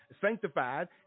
sanctified